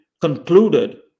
concluded